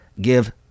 give